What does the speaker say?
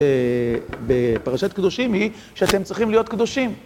בפרשת קדושים היא שאתם צריכים להיות קדושים.